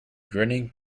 grinning